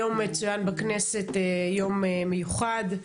היום מצוין בכנסת יום מיוחד,